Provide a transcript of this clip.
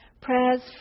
Prayers